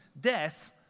death